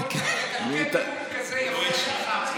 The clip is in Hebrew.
ענייני טבעונות.